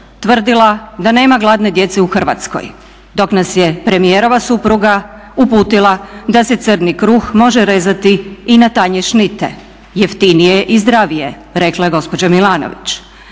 tvrdila da nema gladne djece u Hrvatskoj dok nas je premijerova supruga uputila da se crni kruh može rezati i na tanje šnite, jeftinije je i zdravije rekla je gospođa Milanović.